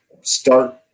start